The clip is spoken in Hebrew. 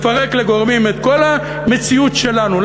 לפרק לגורמים את כל המציאות שלנו,